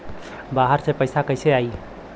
बाहर से पैसा कैसे आई?